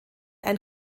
ein